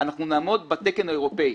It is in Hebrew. אנחנו נעמוד בתקן האירופי.